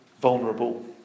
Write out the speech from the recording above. Vulnerable